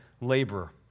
laborer